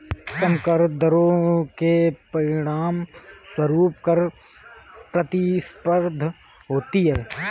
कम कर दरों के परिणामस्वरूप कर प्रतिस्पर्धा होती है